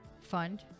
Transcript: fund